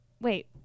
wait